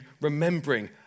remembering